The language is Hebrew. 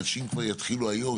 אנשים כבר יתחילו היום,